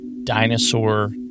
Dinosaur